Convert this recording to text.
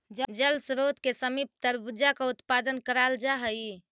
जल स्रोत के समीप तरबूजा का उत्पादन कराल जा हई